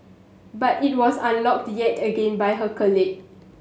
but it was unlocked yet again by her colleague